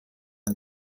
ein